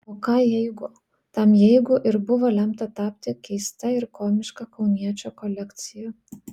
o ką jeigu tam jeigu ir buvo lemta tapti keista ir komiška kauniečio kolekcija